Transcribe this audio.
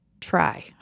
try